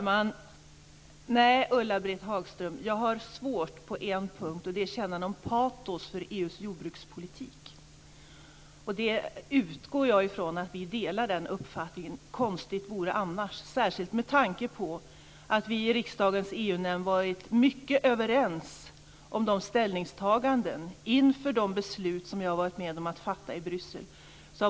Fru talman! Jag har svårt på en punkt, Ulla-Britt Hagström, och det är att känna någon patos för EU:s jordbrukspolitik. Jag utgår ifrån att vi delar den uppfattningen - konstigt vore det annars, särskilt med tanke på att vi i riksdagens EU-nämnd varit helt överens om ställningstagandena inför de beslut som jag har varit med om att fatta i Bryssel.